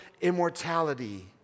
immortality